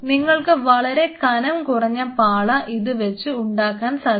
നിങ്ങൾക്ക് വളരെ കനം കുറഞ്ഞ പാള ഇത് വെച്ച് ഉണ്ടാക്കാൻ സാധിക്കും